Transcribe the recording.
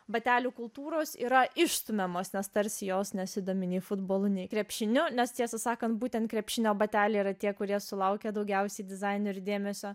batelių kultūros yra išstumiamos nes tarsi jos nesidomi nei futbolu nei krepšiniu nes tiesą sakant būtent krepšinio bateliai yra tie kurie sulaukia daugiausiai dizainerių dėmesio